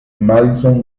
madison